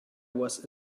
was